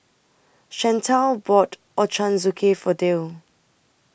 Chantel bought Ochazuke For Dale